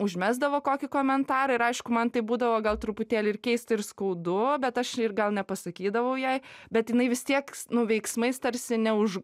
užmesdavo kokį komentarą ir aišku man tai būdavo gal truputėlį ir keista ir skaudu bet aš ir gal nepasakydavau jai bet jinai vis tieks nu veiksmais tarsi neuž